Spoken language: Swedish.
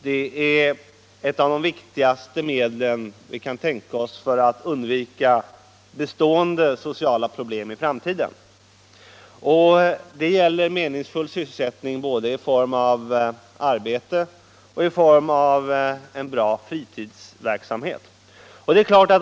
Det är ett av de viktigaste medel vi kan tänka oss för att undvika bestående sociala problem i framtiden. Det gäller meningsfull sysselsättning både i form av arbete och i form av en bra fritidsverksamhet.